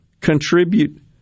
contribute